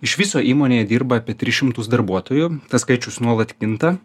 iš viso įmonėje dirba apie tris šimtus darbuotojų tas skaičius nuolat kinta